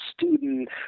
student